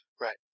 Right